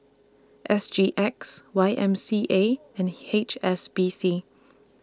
S G X Y M C A and H S B C